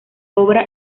obra